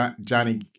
Johnny